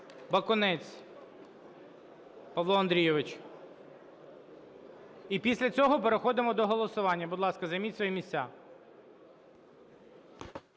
Бакунець Павло Андрійович. І після цього переходимо до голосування. Будь ласка, займіть свої місця.